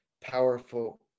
powerful